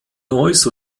neuss